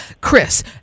Chris